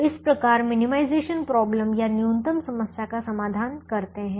तो इस प्रकार मिनिमाइजेशन प्रॉब्लम या न्यूनतम समस्या का समाधान करते हैं